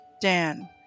Dan